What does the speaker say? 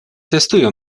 testują